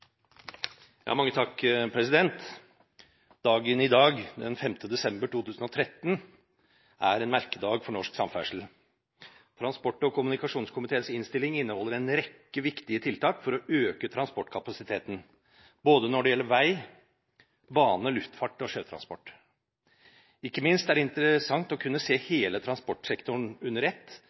Dagen i dag, den 5. desember 2013, er en merkedag for norsk samferdsel. Transport- og kommunikasjonskomiteens innstilling inneholder en rekke viktige tiltak for å øke transportkapasiteten når det gjelder både vei, bane, luftfart og sjøtransport. Ikke minst er det interessant å kunne se hele transportsektoren under ett,